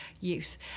youth